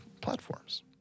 platforms